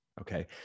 Okay